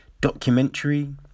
documentary